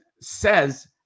says